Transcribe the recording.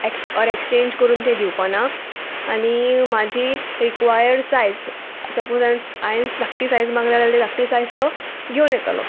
रि or exchange करून तें दिवपा ना आनी म्हाजी रिक्वायर्ड सायज सपोज हांव हांयेंन धाकटी सायज मागले धाकटी सायज तो घेवन येतलो